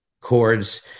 chords